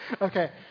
Okay